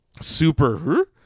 super